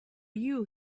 you